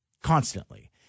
Constantly